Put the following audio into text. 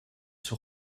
sur